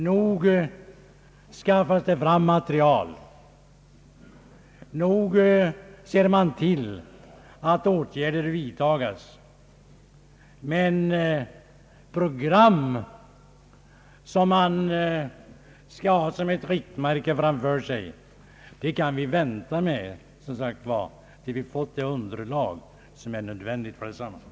Nog skaffas det fram material och nog vidtas det åtgärder, men ett program som man skall ha som riktmärke framför sig kan vi, som sagt, vänta med tills vi fått fram det nödvändiga underlaget.